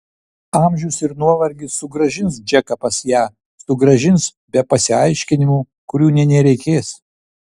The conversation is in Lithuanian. amžius ir nuovargis sugrąžins džeką pas ją sugrąžins be pasiaiškinimų kurių nė nereikės